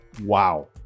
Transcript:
wow